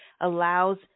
allows